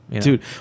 dude